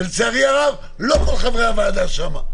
ולצערי הרב לא כל חברי הוועדה שם.